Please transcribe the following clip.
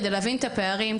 כדי להבין את הפערים.